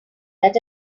that